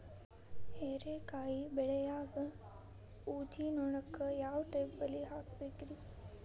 ಹೇರಿಕಾಯಿ ಬೆಳಿಯಾಗ ಊಜಿ ನೋಣಕ್ಕ ಯಾವ ಟೈಪ್ ಬಲಿ ಹಾಕಬೇಕ್ರಿ?